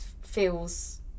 feels